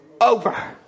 over